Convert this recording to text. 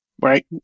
right